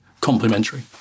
complementary